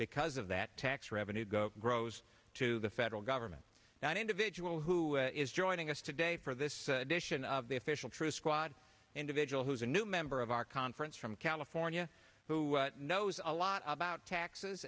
because of that tax revenues go grows to the federal government that individual who is joining us today for this edition of the official truth squad individual who is a new member of our conference from california who knows a lot about taxes